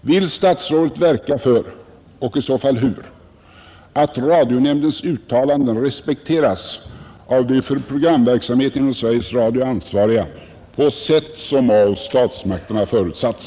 Vill statsrådet verka för — och i så fall hur — att radionämndens uttalanden respekteras av de för programverksamheten inom Sveriges Radio ansvariga på sätt som av statsmakterna förutsatts?